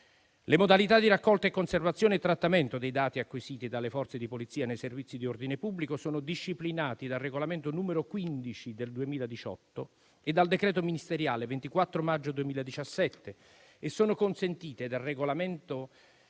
Le modalità di raccolta, conservazione e trattamento dei dati acquisiti dalle forze di Polizia nei servizi di ordine pubblico sono disciplinati dal regolamento n. 15 del 2018 e dal decreto ministeriale 24 maggio 2017 e sono consentiti dal regolamento